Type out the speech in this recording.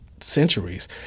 centuries